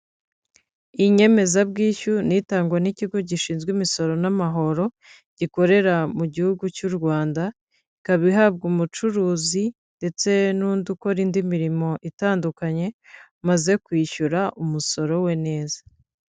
Inyemezabwishyu ni itangwa n'ikigo gishinzwe imisoro n'amahoro gikorera mu gihugu cy'u Rwanda, ikaba ihabwa umucuruzi ndetse n'undi ukora indi mirimo itandukanye, wamaze kwishyura umusoro we neza.